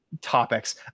topics